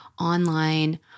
online